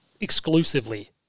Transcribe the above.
exclusively